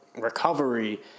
recovery